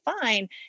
fine